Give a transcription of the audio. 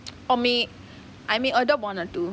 for me I may adopt one or two